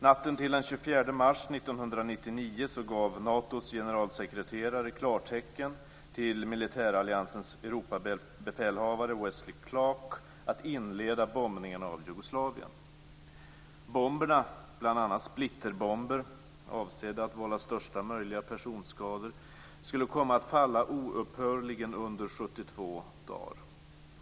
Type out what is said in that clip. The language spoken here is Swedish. Natten till den 24 mars 1999 gav Natos generalsekreterare klartecken till militäralliansens Europabefälhavare Wesley Clark att inleda bombningarna av Jugoslavien. Bomberna, bl.a. splitterbomber avsedda att vålla största möjliga personskador, skulle komma att falla oupphörligen under 72 dagar.